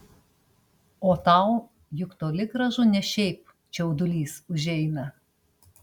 o tau juk toli gražu ne šiaip čiaudulys užeina